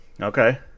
Okay